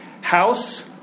house